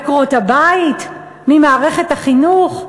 מעקרות-הבית, ממערכת החינוך.